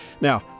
Now